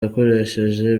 yakoresheje